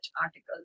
articles